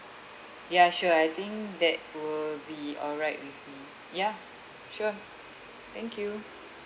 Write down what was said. ya sure I think that will be all right with me ya sure thank you